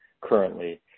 currently